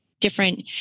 different